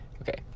Okay